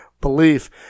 belief